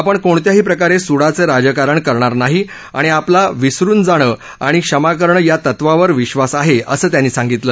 आपण कोणत्याही प्रकारे सुडाचं राजकारण करणार नाही आणि आपला विसरून जाणं आणि क्षमा करणं या तत्वावर विश्वास आहे असं त्यांनी सांगितलं